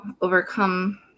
overcome